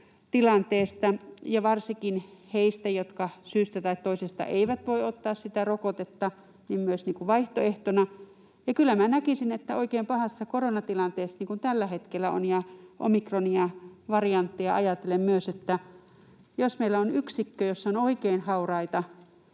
tilanteesta ja varsinkin heistä, jotka syystä tai toisesta eivät voi ottaa sitä rokotetta, tämä voisi olla myös vaihtoehtona. Ja kyllä minä näkisin, että oikein pahassa koronatilanteessa, niin kuin tällä hetkellä on, ja myös omikronvarianttia ajatellen, jos meillä on yksikkö, jossa on oikein hauraita